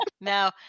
Now